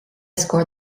scored